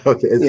Okay